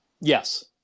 Yes